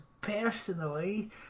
personally